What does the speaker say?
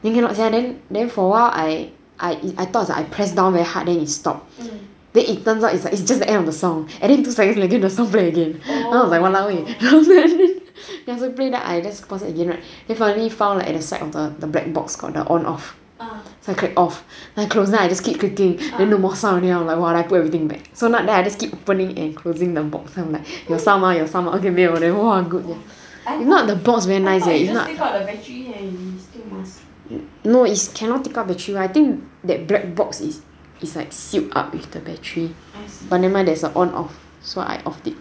then cannot sia then for a while I I thought press down very hard then it stop then it turns out it's like its just the end of song and then two seconds later the song play again then I was like !walao! eh then I just play I just pause again right then suddenly found like at the side of the the black box got the on off so can off then I close I just keep clicking then the more song already right then I put everything back then I just quickly and closing the box then I was like 有 sound mah 有 sound mah okay 没有 oh good if not the box very nice eh take out battery ah no is cannot take out battery like I think that black box is like sealed up with the battery but never mind there's a on off so I off it